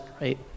right